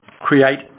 create